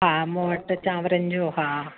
हा मूं वटि चांवरनि जो हा